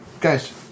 Guys